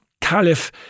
caliph